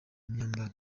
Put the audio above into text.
myambaro